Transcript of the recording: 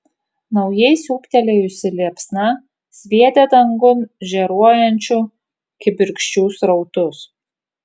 naujai siūbtelėjusi liepsna sviedė dangun žėruojančių kibirkščių srautus